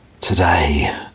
Today